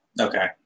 Okay